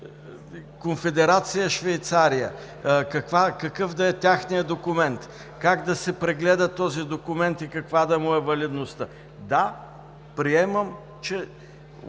Конфедерация Швейцария, какъв да е техният документ, как да се прегледа този документ и каква да му е валидността. Да, приемам, че